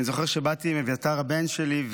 אני זוכר שבאתי עם אביתר, הבן שלי,